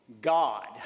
God